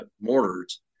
mortars